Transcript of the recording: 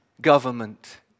Government